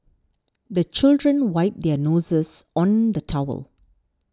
the children wipe their noses on the towel